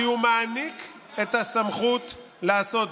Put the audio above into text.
כי הוא מעניק את הסמכות לעשות זאת.